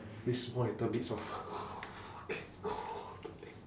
these small little meats orh !wah! fucking cold